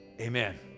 amen